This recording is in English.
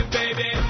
baby